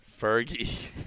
Fergie